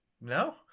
no